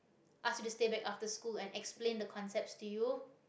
ask you to stay back after school and explain the concepts to you